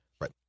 Right